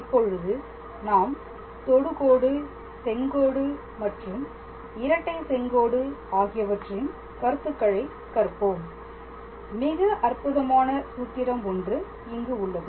இப்பொழுது நாம் தொடுகோடு செங்கோடு மற்றும் இரட்டை செங்கோடு ஆகியவற்றின் கருத்துக்களை கற்போம் மிக அற்புதமான சூத்திரம் ஒன்று இங்கு உள்ளது